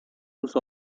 sus